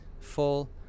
fall